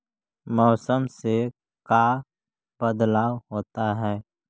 मौसम से का बदलाव होता है?